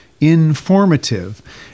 informative